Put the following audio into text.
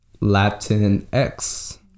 latinx